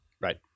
Right